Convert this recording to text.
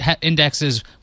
indexes